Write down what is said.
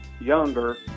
younger